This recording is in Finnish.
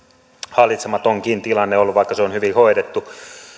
hallitsematonkin tilanne ollut vaikka se on hyvin hoidettu